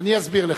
אסביר לך.